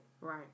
Right